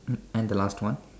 and the last one